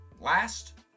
last